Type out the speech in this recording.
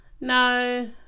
No